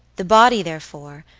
the body, therefore,